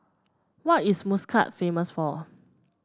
what is Muscat famous for